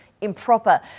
improper